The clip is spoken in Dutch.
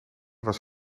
was